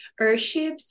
earthships